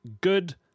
good